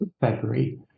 February